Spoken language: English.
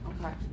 Okay